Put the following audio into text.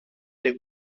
der